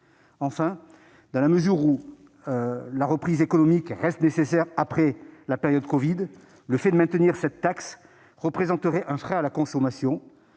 Enfin, dans la mesure où la reprise économique reste nécessaire, après la période de la covid, le fait de maintenir cette taxe représenterait un frein pour la consommation.